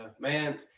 man